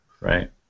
Right